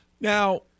Now